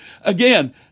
Again